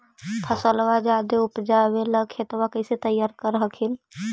फसलबा ज्यादा उपजाबे ला खेतबा कैसे तैयार कर हखिन?